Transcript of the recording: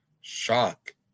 shock